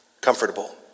comfortable